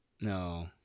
No